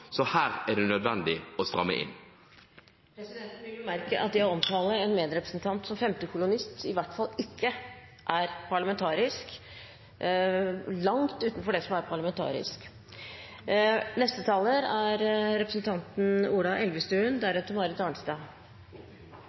så her er det nødvendig å stramme inn? Presidenten vil bemerke at det å omtale en medrepresentant som femtekolonnist i hvert fall ikke er parlamentarisk – det er langt utenfor det som er parlamentarisk!